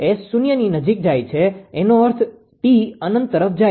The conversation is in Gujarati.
S શૂન્ય ની નજીક જાય છે એનો અર્થ t અનંત તરફ જાય છે